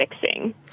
fixing